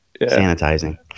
sanitizing